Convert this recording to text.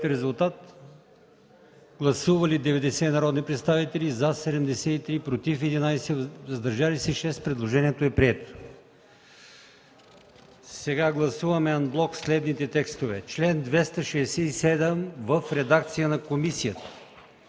ал. 4. Гласували 90 народни представители: за 73, против 11, въздържали се 6. Предложението е прието. Гласуваме анблок следните текстове: чл. 267 в редакцията на комисията,